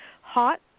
hot